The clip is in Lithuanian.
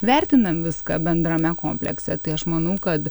vertinam viską bendrame komplekse tai aš manau kad